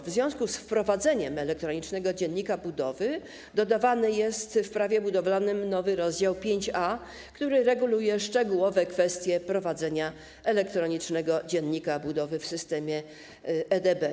W związku z wprowadzeniem elektronicznego dziennika budowy dodawany jest w Prawie budowlanym nowy rozdział 5a, który reguluje szczegółowe kwestie prowadzenia elektronicznego dziennika budowy w systemie EDB.